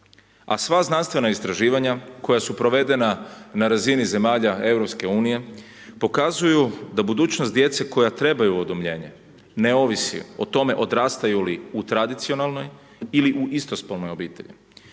a sva znanstvena istraživanja koja su provedena na razini zemalja EU pokazuju da budućnost djece koja trebaju udomljenje ne ovisi o tome odrastaju li u tradicionalnoj ili u istospolnoj obitelji,